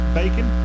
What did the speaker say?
bacon